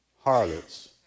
harlots